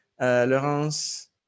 Laurence